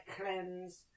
cleanse